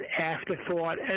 afterthought